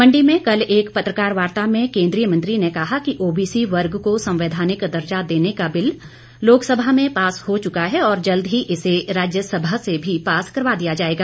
मंडी में कल एक पत्रकार वार्ता में केंद्रीय मंत्री ने कहा कि ओबीसी वर्ग को संवैधानिक दर्जा देने का बिल लोकसभा में पास हो चुका है और जल्द ही इसे राज्यसभा से भी पास करवा दिया जाएगा